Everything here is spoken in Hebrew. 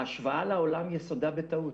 ההשוואה לעולם, יסודה בטעות.